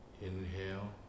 inhale